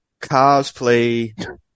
cosplay